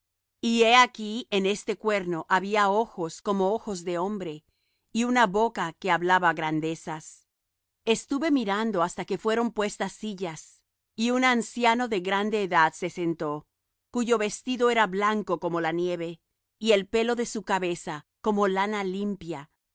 y he aquí en este cuerno había ojos como ojos de hombre y una boca que hablaba grandezas estuve mirando hasta que fueron puestas sillas y un anciano de grande edad se sentó cuyo vestido era blanco como la nieve y el pelo de su cabeza como lana limpia